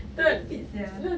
stupid sia